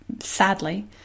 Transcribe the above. sadly